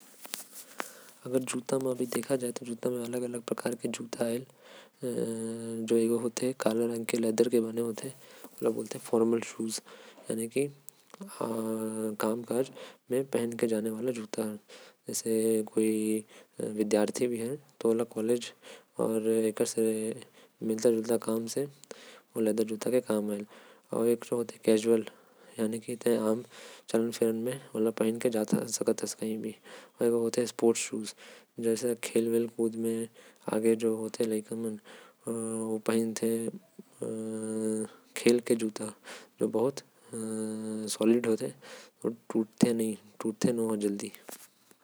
जूता ठो अलगे अलग प्रकार के होथे। जेकर म सबसे पहले आयेल फॉर्मल जूता। जो हमन दफ्तर अउ कालेज पहीन के जाथि। दूसर होथे कैसुअल जूता जेके। हमन कही भी पहीन सकत ही। तीसरा होथे स्पोर्ट्स जूता। जो कोई भी खेल खेलत घिन हमन पहन्थि।